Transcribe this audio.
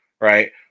right